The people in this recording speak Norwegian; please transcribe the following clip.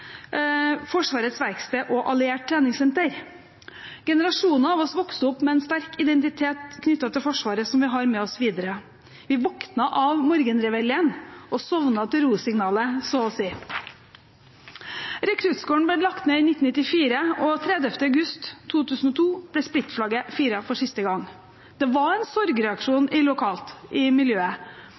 Forsvarets verksted og alliert treningssenter. Generasjoner av oss vokste opp med en sterk identitet knyttet til Forsvaret, som vi har med oss videre. Vi våknet av morgenreveljen og sovnet til rosignalet, så å si. Rekruttskolen ble lagt ned i 1994, og 30. august 2002 ble splittflagget firet for siste gang. Det var en sorgreaksjon i